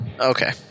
Okay